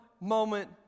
moment